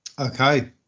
Okay